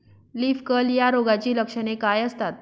Leaf curl या रोगाची लक्षणे काय असतात?